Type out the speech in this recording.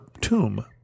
tomb